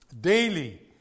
daily